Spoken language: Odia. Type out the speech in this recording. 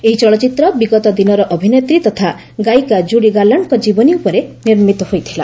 ଏହି ଚଳଚ୍ଚିତ୍ର ବିଗତ ଦିନର ଅଭିନେତ୍ରୀ ତଥା ଗାୟିକା ଜୁଡ଼ି ଗାର୍ଲାଶ୍ଡଙ୍କ ଜୀବନୀ ଉପରେ ନିର୍ମିତ ହୋଇଥିଲା